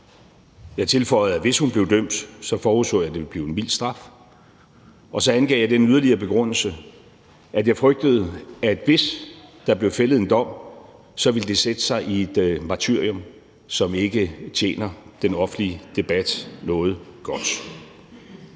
Jeg tilføjede, at hvis hun blev dømt, så forudså jeg, det ville blive en mild straf. Og så angav jeg den yderligere begrundelse, at jeg frygtede, at hvis der blev fældet en dom, så ville det sætte sig i et martyrium, som ikke tjener den offentlige debat noget godt.